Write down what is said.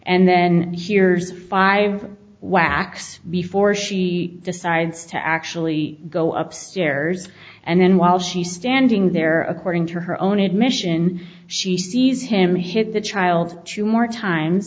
and then here's five whacks before she decides to actually go upstairs and then while she's standing there according to her own admission she sees him hit the child two more time